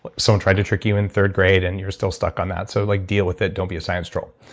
but someone tried to trick you in third grade, and you're still stuck on that. so like deal with it. don't be a science troll.